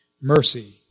Mercy